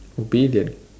obedient